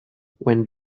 when